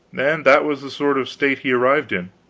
and that was the sort of state he arrived in.